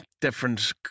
different